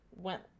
Went